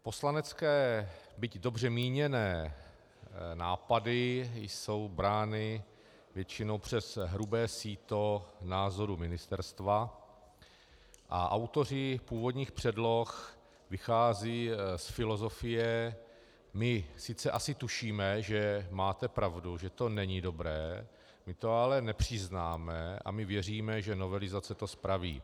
Poslanecké, byť dobře míněné nápady jsou brány většinou přes hrubé síto názorů ministerstva a autoři původních předloh vycházejí z filozofie: my sice asi tušíme, že máte pravdu, že to není dobré, my to ale nepřiznáme a my věříme, že novelizace to spraví.